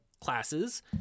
classes